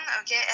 okay